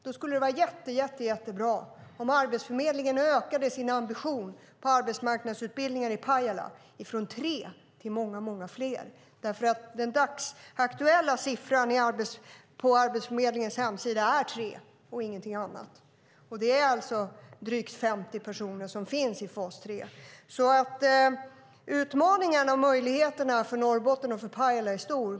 Då skulle det vara jättebra om Arbetsförmedlingen ökade sin ambition på arbetsmarknadsutbildningar i Pajala från tre till många, många fler. Den dagsaktuella siffran på Arbetsförmedlingens hemsida är tre och ingenting annat. Och det är drygt 50 personer som finns i fas 3. Utmaningarna och möjligheterna för Norrbotten och för Pajala är stora.